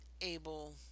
able